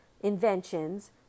inventions